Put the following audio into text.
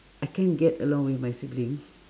I can't get along with my siblings